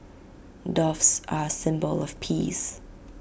doves are A symbol of peace